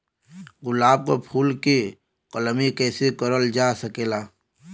गुलाब क फूल के कलमी कैसे करल जा सकेला?